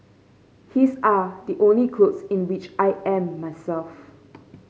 his are the only clothes in which I am myself